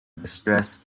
distressed